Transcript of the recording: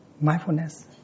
mindfulness